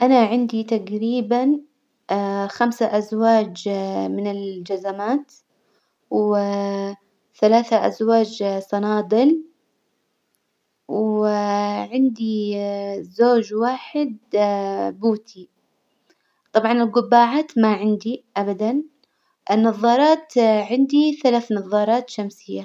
أنا عندي تجريبا خمسة أزواج من الجزمات، و ثلاثة أزواج صنادل، و عندي زوج واحد بوتي، طبعا الجبعات ما عندي أبدا، النظارات عندي ثلاث نظارات شمسية.